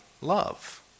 love